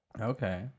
Okay